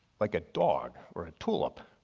like a dog or a tulip.